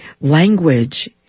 language